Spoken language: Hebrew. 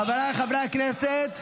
חבריי חברי הכנסת,